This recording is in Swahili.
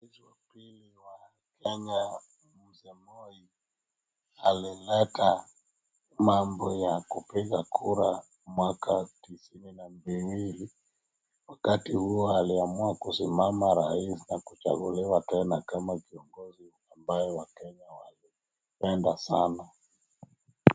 Rais wa pili wa kenya mzee moi alileta mambo ya kupiga kura mwaka tisini na miwili, wakati huo aliamua kusimama rais na kuchaguliwa tena kama kiongozi ambaye wakenya walipenda sana.